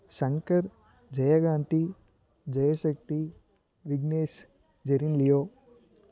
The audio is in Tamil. சங்கர் ஜெயகாந்த்தி ஜெயசக்தி விக்னேஷ் ஜெரின்லியோ